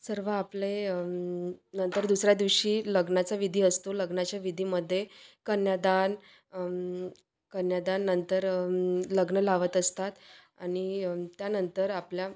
सर्व आपले नंतर दुसऱ्या दिवशी लग्नाचा विधी असतो लग्नाच्या विधीमध्ये कन्यादान कन्यादानानंतर लग्न लावत असतात आणि त्यानंतर आपल्या